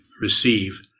receive